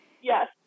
Yes